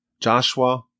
Joshua